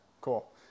cool